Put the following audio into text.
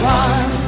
one